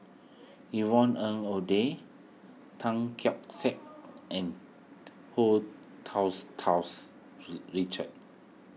Yvonne Ng Uhde Tan Keong Saik and Hu Richard